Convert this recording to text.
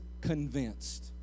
convinced